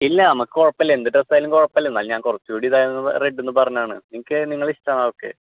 ഇല്ല നമുക്ക് കുഴപ്പമില്ല എന്ത് ഡ്രസ് ആയാലും കുഴപ്പമില്ല എന്നാലും ഞാൻ കുറച്ചുകൂടെ ഇതായൊന്നു റെഡ് എന്ന് പറഞ്ഞതാണ് നിങ്ങൾക്ക് നിങ്ങളുടെ ഇഷ്ടമാണ് ഓക്കെ